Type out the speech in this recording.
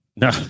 no